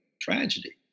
tragedy